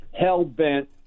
hell-bent